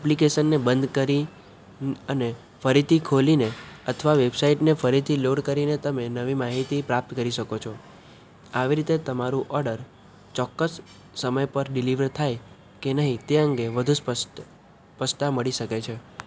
એપ્લિકેશનને બંધ કરી અને ફરીથી ખોલીને અથવા વેબસાઇટને ફરીથી લોડ કરીને તમે નવી માહિતી પ્રાપ્ત કરી શકો છો આવી રીતે તમારો ઓર્ડર ચોક્કસ સમય પર ડિલીવરી થાય કે નહીં તે અંગે વધુ સ્પષ્ટતા મળી શકે છે